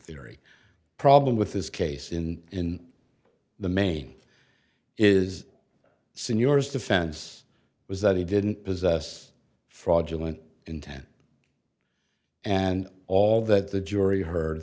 theory problem with this case in the main is senors defense was that he didn't possess fraudulent intent and all that the jury heard